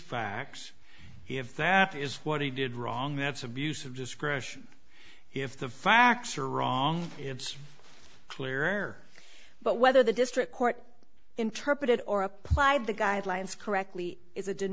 facts if that is what he did wrong that's abuse of discretion if the facts are wrong it's clear or but whether the district court interpreted or applied the guidelines correctly is a did